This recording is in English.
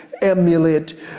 emulate